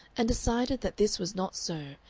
and decided that this was not so,